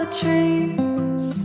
trees